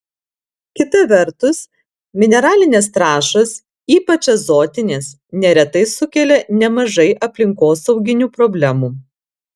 kita vertus mineralinės trąšos ypač azotinės neretai sukelia nemažai aplinkosauginių problemų